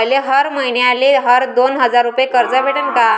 मले हर मईन्याले हर दोन हजार रुपये कर्ज भेटन का?